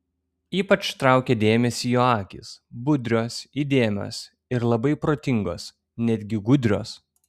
ypač traukė dėmesį jo akys budrios įdėmios ir labai protingos netgi gudrios